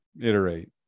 iterate